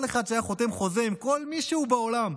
כל אחד שהיה חותם חוזה עם כל מישהו בעולם,